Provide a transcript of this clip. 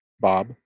Bob